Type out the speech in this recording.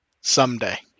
Someday